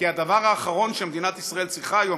כי הדבר האחרון שמדינת ישראל צריכה היום,